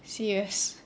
serious